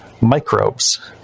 microbes